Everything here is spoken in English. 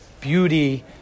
beauty